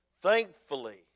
thankfully